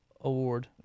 award